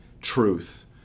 truth